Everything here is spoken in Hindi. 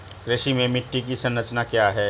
कृषि में मिट्टी की संरचना क्या है?